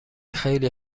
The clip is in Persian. خیلی